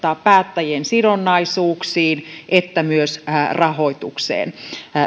päättäjien sidonnaisuuksiin että myös rahoitukseen